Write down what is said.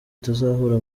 tuzahura